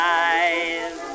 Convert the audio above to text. eyes